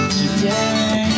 today